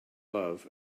love